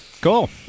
Cool